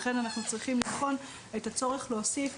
לכן אנחנו צריכים לבחון את הצורך להוסיף